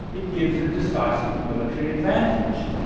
it gives a decisive military advantage.